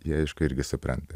ji aišku irgi supranta